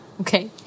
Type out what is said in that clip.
Okay